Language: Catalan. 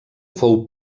fou